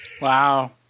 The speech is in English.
Wow